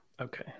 Okay